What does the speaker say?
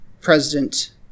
President